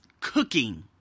cooking